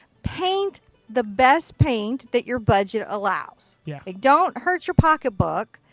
paint the best paint that your budget allows. yeah. like don't hurt your pocketbook,